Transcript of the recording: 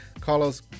Carlos